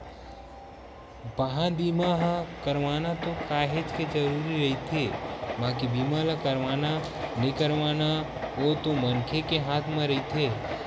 बाहन बीमा ह करवाना तो काहेच के जरुरी रहिथे बाकी बीमा ल करवाना नइ करवाना ओ तो मनखे के हात म रहिथे